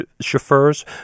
chauffeurs